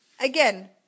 again